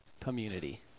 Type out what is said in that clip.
community